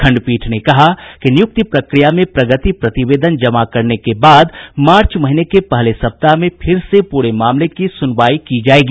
खंडपीठ ने कहा कि नियुक्ति प्रक्रिया में प्रगति प्रतिवेदन जमा करने के बाद मार्च महीने के पहले सप्ताह में फिर से पूरे मामले की सुनवाई की जायेगी